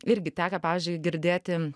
irgi tekę pavyzdžiui girdėti